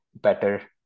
better